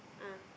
ah